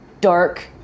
dark